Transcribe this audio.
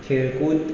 खेळकूद